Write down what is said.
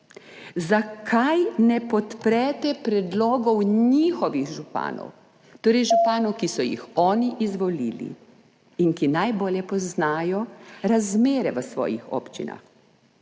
zakaj ne podprete predlogov njihovih županov, torej županov, ki so jih oni izvolili in ki najbolje poznajo razmere v svojih občinah.